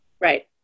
Right